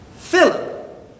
Philip